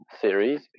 series